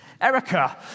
Erica